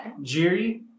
Jiri